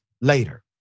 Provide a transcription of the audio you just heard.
later